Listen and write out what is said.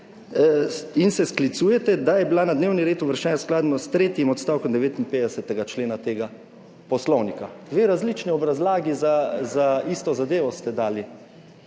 in se sklicujete, da je bila na dnevni red uvrščena skladno s tretjim odstavkom 59. člena tega poslovnika. Dve različni obrazlagi za isto zadevo ste dali